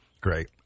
Great